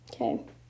Okay